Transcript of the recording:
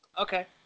Okay